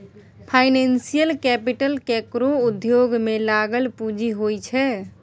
financial capital केकरो उद्योग में लागल पूँजी होइ छै